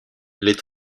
les